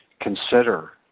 consider